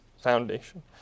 foundation